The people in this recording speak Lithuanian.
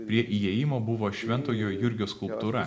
prie įėjimo buvo šventojo jurgio skulptūra